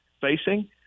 facing